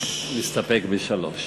אסתפק בשלוש.